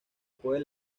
puede